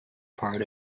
part